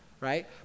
right